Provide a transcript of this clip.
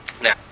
Now